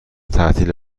تعطیل